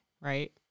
right